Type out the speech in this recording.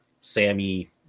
Sammy